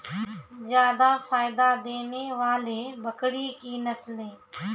जादा फायदा देने वाले बकरी की नसले?